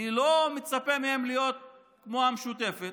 אני לא מצפה מהם להיות כמו המשותפת,